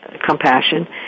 compassion